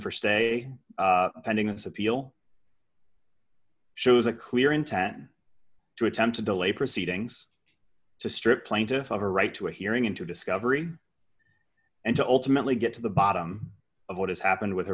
appeal shows a clear intent to attempt to delay proceedings to strip plaintiff of a right to a hearing into discovery and to ultimately get to the bottom of what has happened with her